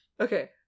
Okay